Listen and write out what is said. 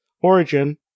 origin